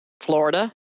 Florida